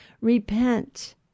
Repent